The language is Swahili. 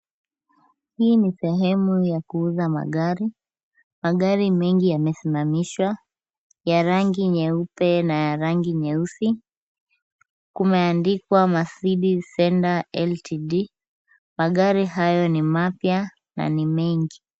Hii ni sehemu ya kuuza magari. Magari mengi yamesimamiswa ya rangi nyeupe na ya rangi nyeusi. Kumeandikwa Mercedes Center LTD. Magari hayo ni mapya na ni mengi.